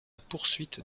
poursuite